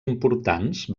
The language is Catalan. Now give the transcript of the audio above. importants